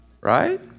right